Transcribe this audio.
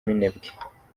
minembwe